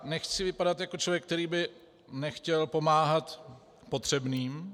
Nechci vypadat jako člověk, který by nechtěl pomáhat potřebným.